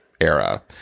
era